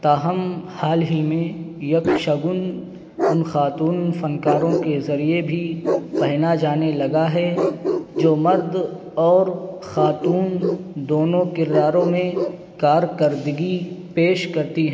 تاہم حال ہی میں یکشگن ان خاتون فنکاروں کے ذریعے بھی پہنا جانے لگا ہے جو مرد اور خاتون دونوں کرداروں میں کارکردگی پیش کرتی ہیں